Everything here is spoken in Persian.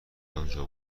آنجا